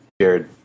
Jared